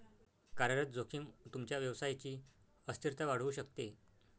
कार्यरत जोखीम तुमच्या व्यवसायची अस्थिरता वाढवू शकते